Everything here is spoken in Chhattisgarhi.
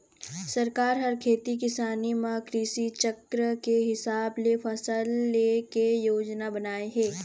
सरकार ह खेती किसानी म कृषि चक्र के हिसाब ले फसल ले के योजना बनाए हे